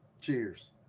Cheers